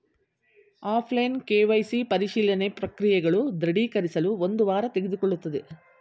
offline KYC ಪರಿಶೀಲನೆ ಪ್ರಕ್ರಿಯೆಗಳು ದೃಢೀಕರಿಸಲು ಒಂದು ವಾರ ತೆಗೆದುಕೊಳ್ಳುತ್ತದೆ